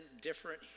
different